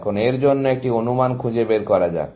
এখন এর জন্য একটি অনুমান খুঁজে বের করা যাক